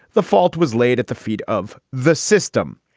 the fault was laid at the feet of the system.